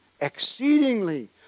exceedingly